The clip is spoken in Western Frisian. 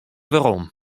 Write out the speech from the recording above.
werom